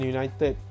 United